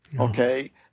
okay